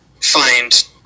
find